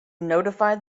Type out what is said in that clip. notified